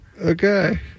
Okay